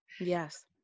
Yes